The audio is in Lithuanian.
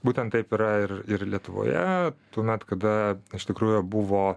būtent taip yra ir ir lietuvoje tuomet kada iš tikrųjų buvo